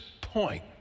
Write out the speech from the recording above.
point